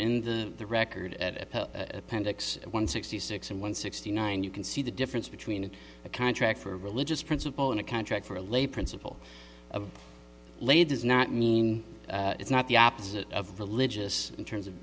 in the record at appendix one sixty six and one sixty nine you can see the difference between a contract for a religious principle and a contract for a lay principle of lay does not mean it's not the opposite of religious in terms of